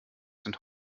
sind